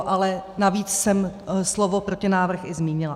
Ale navíc jsem slovo protinávrh i zmínila.